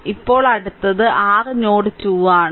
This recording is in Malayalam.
ഇപ്പോൾ അടുത്തത് r നോഡ് 2 ആണ്